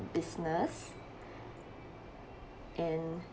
business and